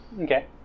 Okay